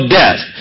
death